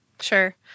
Sure